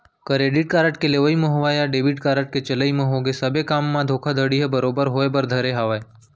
credit card के लेवई म होवय या डेबिट कारड के चलई म होगे सबे काम मन म धोखाघड़ी ह बरोबर होय बर धरे हावय